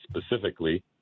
specifically